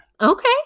Okay